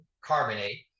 carbonate